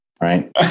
Right